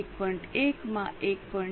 1 માં 1